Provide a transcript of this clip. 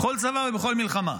בכל צבא ובכל מלחמה.